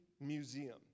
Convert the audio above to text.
museum